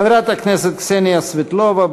חברת הכנסת קסניה סבטלובה,